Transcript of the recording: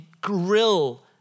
grill